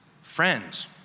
friends